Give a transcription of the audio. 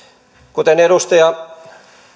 kuten edustaja